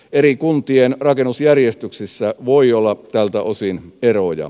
eri kuntien rakennusjärjestyksissä voi olla tältä osin eroja